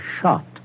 shot